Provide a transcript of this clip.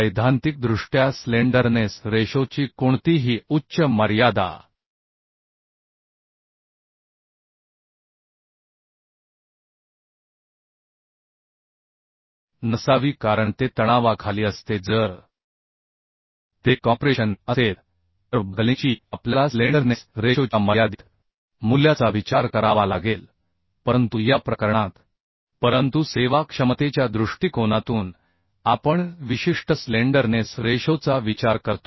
सैद्धांतिकदृष्ट्या स्लेंडरनेस रेशोची कोणतीही उच्च मर्यादा नसावी कारण ते तणावाखाली असते जर ते कॉम्प्रेशन असेल आपल्याला स्लेंडरनेस रेशोच्या मर्यादित मूल्याचा विचार करावा लागेल परंतु या प्रकरणात सैद्धांतिकदृष्ट्या आपण असे करू नये परंतु सेवाक्षमतेच्या दृष्टिकोनातून आपण विशिष्ट स्लेंडरनेस रेशोचा विचार करतो